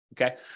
okay